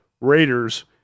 Raiders